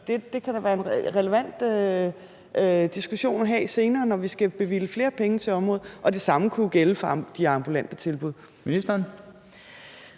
det kan da være en relevant diskussion at have senere, når vi skal bevilge flere penge til området. Og det samme kunne jo gælde for de ambulante tilbud. Kl.